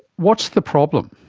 what's the problem?